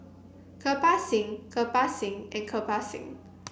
Kirpal Singh Kirpal Singh and Kirpal Singh